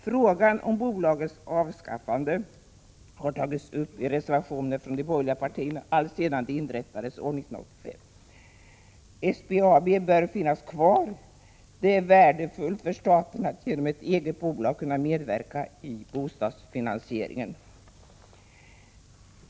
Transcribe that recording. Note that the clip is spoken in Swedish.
Frågan om bolagets avskaffande har tagits upp i reservationer från de borgerliga partierna alltsedan det inrättades år 1985. SBAB bör finnas kvar. Det är värdefullt för staten att genom ett eget bolag kunna medverka i bostadsfinansieringen.